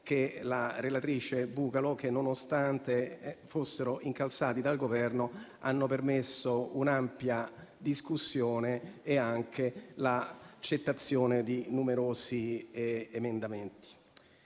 sia la relatrice Bucalo che, nonostante fossero incalzati dal Governo, hanno permesso un'ampia discussione e anche l'accettazione di numerosi emendamenti.